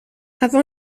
avant